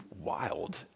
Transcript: wild